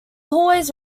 hallways